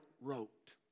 wrote